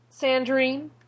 Sandrine